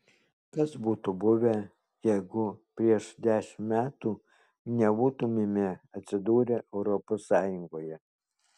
kas būtų buvę jeigu prieš dešimt metų nebūtumėme atsidūrę europos sąjungoje